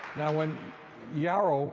now when yara